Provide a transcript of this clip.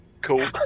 cool